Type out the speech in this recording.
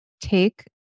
take